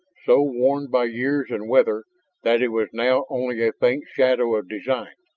so worn by years and weather that it was now only a faint shadow of design.